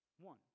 One